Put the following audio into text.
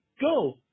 Go